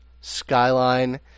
skyline